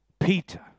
Peter